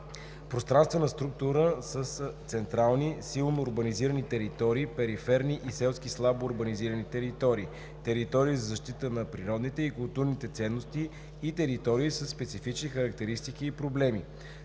пространствена структура с централни, силно урбанизирани територии, периферни и селски слабо урбанизирани територии, територии за защита на природните и културните ценности и територии със специфични характеристики и проблеми;